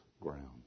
ground